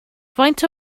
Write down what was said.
faint